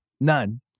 none